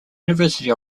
university